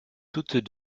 toutes